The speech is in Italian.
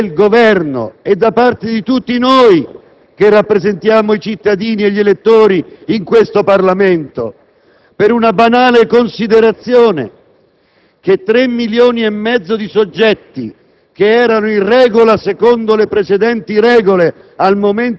Ciò implica una gigantesca ipocrisia da parte del Governo e di tutti noi che rappresentiamo i cittadini e gli elettori in Parlamento, per la banale considerazione